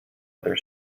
other